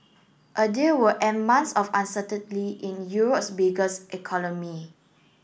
a deal would end months of uncertainty in Europe's biggest economy